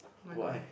why